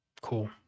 Cool